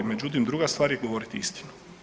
Međutim, druga stvar je govoriti istinu.